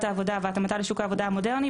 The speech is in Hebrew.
העבודה והתאמתה לשוק העבודה המודרני,